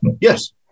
Yes